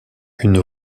une